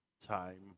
time